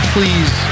Please